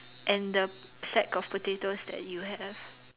and the sack of potatoes that you have